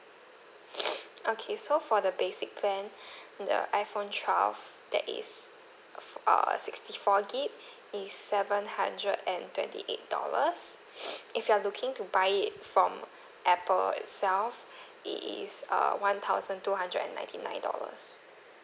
okay so for the basic plan the iphone twelve that is err sixty four gig is seven hundred and twenty eight dollars if you're looking to buy it from apple itself it is uh one thousand two hundred and ninety nine dollars